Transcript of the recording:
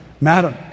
Madam